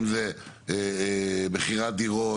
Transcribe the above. אם זה מחירי הדירות,